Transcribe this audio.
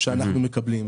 שאנחנו מקבלים.